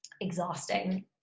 exhausting